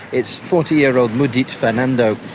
it's forty year old mudith fernando.